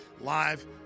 live